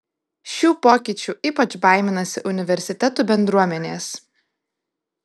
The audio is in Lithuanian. šių pokyčių ypač baiminasi universitetų bendruomenės